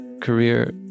career